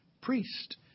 priest